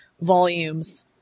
volumes